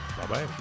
Bye-bye